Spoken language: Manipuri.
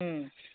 ꯎꯝ